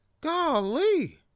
Golly